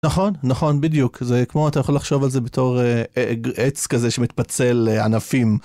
נכון, נכון, בדיוק, זה כמו אתה יכול לחשוב על זה בתור עץ כזה שמתפצל לענפים.